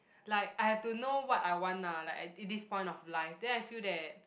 like I have to know what I want ah like at this this point of life then I feel that